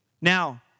Now